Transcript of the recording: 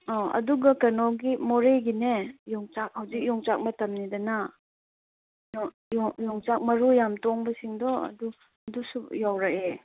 ꯑꯥ ꯑꯗꯨꯒ ꯀꯩꯅꯣꯒꯤ ꯃꯣꯔꯦꯒꯤꯅꯦ ꯌꯣꯡꯆꯥꯛ ꯍꯧꯖꯤꯛ ꯌꯣꯡꯆꯥꯛ ꯃꯇꯝꯅꯤꯗꯅ ꯌꯣꯡꯆꯥꯛ ꯃꯔꯨ ꯌꯥꯝ ꯇꯣꯡꯕꯁꯤꯡꯗꯣ ꯑꯗꯣ ꯑꯗꯨꯁꯨ ꯌꯧꯔꯛꯑꯦ